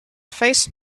face